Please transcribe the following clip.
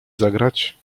zagrać